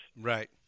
Right